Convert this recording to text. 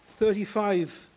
35